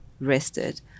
rested